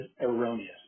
erroneous